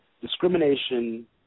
Discrimination